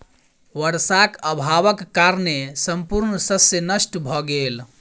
वर्षाक अभावक कारणेँ संपूर्ण शस्य नष्ट भ गेल